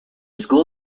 school